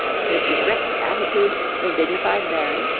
his erect attitude, his dignified bearing,